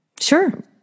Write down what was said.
Sure